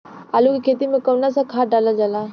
आलू के खेती में कवन सा खाद डालल जाला?